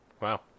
Wow